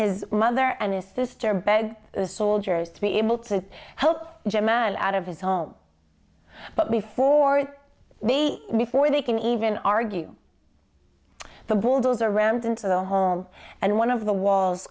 his mother and his sister beg the soldiers to be able to help jamal out of his home but before the before they can even argue the bulldozer rammed into the home and one of the walls